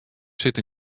sit